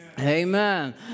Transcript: Amen